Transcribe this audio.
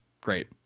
great